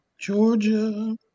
Georgia